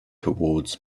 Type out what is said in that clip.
towards